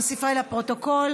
מוסיפה אל הפרוטוקול.